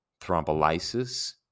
Thrombolysis